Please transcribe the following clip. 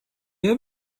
have